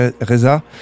Reza